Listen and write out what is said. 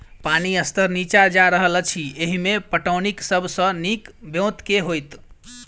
पानि स्तर नीचा जा रहल अछि, एहिमे पटौनीक सब सऽ नीक ब्योंत केँ होइत?